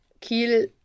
Kiel